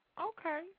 Okay